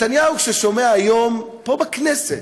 נתניהו, כשהוא שומע היום, פה בכנסת,